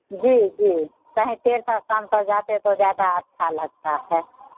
जी जी कहीं तीर्थ स्थान पर जाते तो ज्यादा अच्छा लगता है